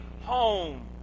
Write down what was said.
home